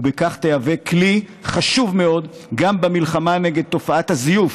ובכך תהווה כלי חשוב מאוד גם במלחמה נגד תופעת הזיוף